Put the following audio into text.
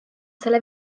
selle